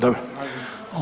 Dobro.